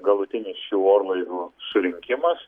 galutinis šių orlaivių surinkimas